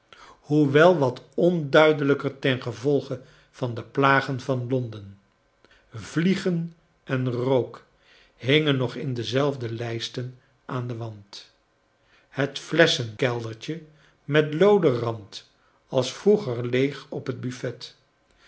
wat onduideiijker tengevolge van de plagen van londen vliegen en rook liingen nog in dezelfde lijsten aan den wand het flesschenkeldertje met looden rand als vroeger leeg op het buffet